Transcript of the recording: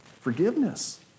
forgiveness